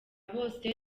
bose